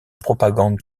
propagande